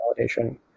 validation